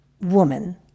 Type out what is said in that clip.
woman